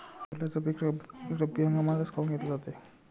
सोल्याचं पीक रब्बी हंगामातच काऊन घेतलं जाते?